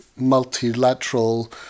multilateral